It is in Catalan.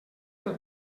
pel